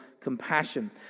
compassion